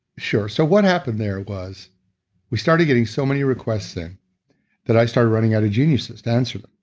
sure. so what happened there was we started getting so many requests then that i started running out of geniuses to answer them.